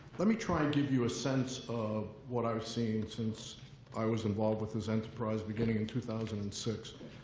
let me try and give you a sense of what i have seen since i was involved with this enterprise beginning in two thousand and six.